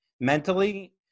mentally